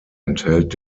enthält